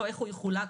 לא איך הוא יחולק.